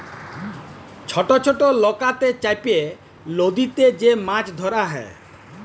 ছট ছট লকাতে চাপে লদীতে যে মাছ ধরা হ্যয়